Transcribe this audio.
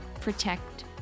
protect